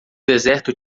deserto